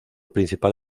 principal